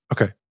Okay